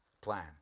plan